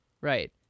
Right